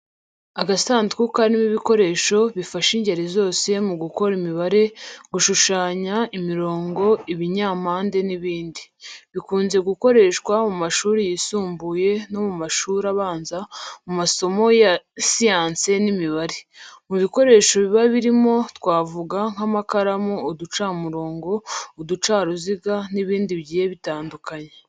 Agasanduku karimo ibikoresho bifasha ingeri zose mu gukora imibare, gushushanya imirongo, ibinyampande n’ibindi. Bikunze gukoreshwa mu mashuri yisumbuye no mu mashuri abanza mu masomo ya siyansi n'imibare. Mu bikoresho biba birimo twavuga nk’amakaramu, uducamurongo, uducaruziga n’ibindi bigiye bitandukanye.